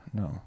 no